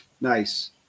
Nice